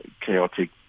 chaotic